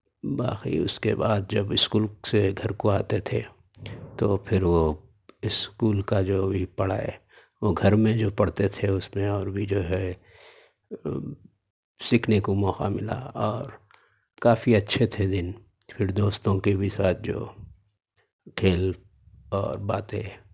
باقی اس کے بعد جب اسکول سے گھر کو آتے تھے تو پھر وہ اسکول کا جو بھی پڑھا ہے وہ گھر میں جو پڑھتے تھے اس میں اور بھی جو ہے سیکھنے کو موقع ملا اور کافی اچھے تھے دن پھر دوستوں کے بھی ساتھ جو کھیل اور باتیں